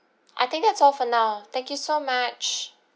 I think that's all for now thank you so much